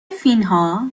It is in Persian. فینها